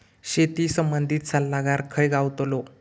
शेती संबंधित सल्लागार खय गावतलो?